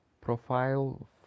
profile